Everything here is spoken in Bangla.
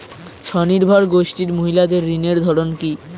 স্বনির্ভর গোষ্ঠীর মহিলাদের ঋণের ধরন কি?